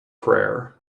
prayer